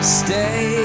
stay